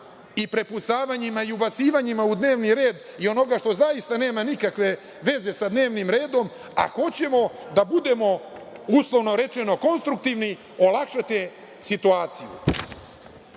i prepucavanjima i ubacivanjima u dnevni red onoga što zaista nema nikakve veze sa dnevnim redom, a hoćemo da budemo uslovno rečeno konstruktivni, olakšate situacijuOvako